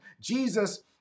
Jesus